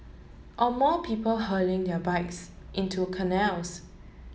or more people hurling their bikes into canals